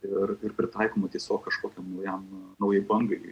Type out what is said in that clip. ir ir pritaikoma tiesiog kažkokiam naujam naujai bangai